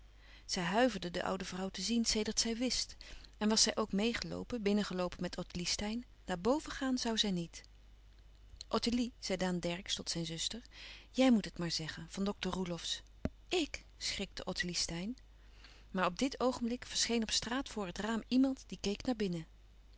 zij huiverde de oude vrouw te zien sedert zij wist en was zij ook meêgeloopen binnengeloopen met ottilie steyn naar boven gaan zoû zij niet ottilie zei daan dercksz tot zijn zuster jij moet het maar zeggen van dokter roelofsz ik schrikte ottilie steyn maar op dit oogenblik verscheen op straat voor het raam iemand die keek naar binnen